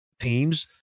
teams